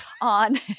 on